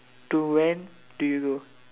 to when do you